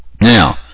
Now